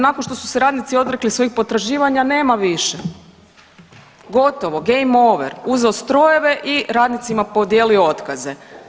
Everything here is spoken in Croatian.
Nakon što su se radnici odrekli svoji potraživanja nema više, gotovo, game over, uzeo strojeve i radnicima podijelio otkaze.